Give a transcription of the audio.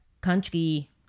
country